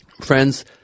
Friends